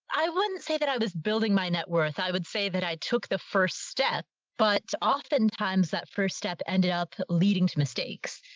i wouldn't say that i was building my net worth. i would say that i took the first step, but oftentimes that first step ended up leading to mistakes.